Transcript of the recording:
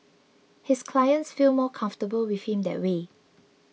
his clients feel more comfortable with him that way